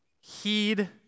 heed